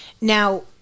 now